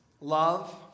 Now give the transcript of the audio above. love